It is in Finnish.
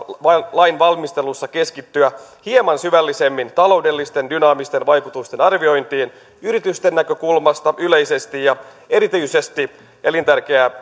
lainvalmistelussa keskittyä hieman syvällisemmin dynaamisten taloudellisten vaikutusten arviointiin yritysten näkökulmasta yleisesti ja erityisesti elintärkeää